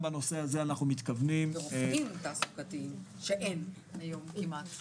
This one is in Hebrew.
ורופאים תעסוקתיים שאין כמעט היום.